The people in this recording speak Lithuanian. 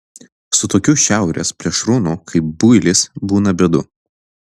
su tokiu šiaurės plėšrūnu kaip builis būna bėdų